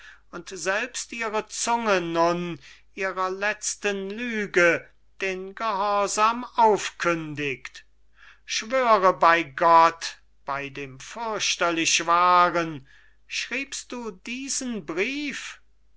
und selbst ihre zunge nun ihrer letzten lüge den gehorsam aufkündigt schwöre bei gott bei dem fürchterlich wahren schriebst du diesen brief